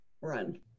run